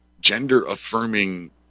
gender-affirming